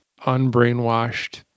unbrainwashed